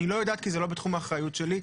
אני לא יודעת כי זה לא בתחום האחריות שלי,